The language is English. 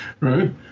Right